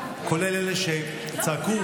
כולל אלה שצעקו,